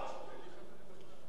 כל גבירי העם